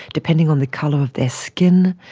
depending on the colour of their skin,